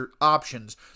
options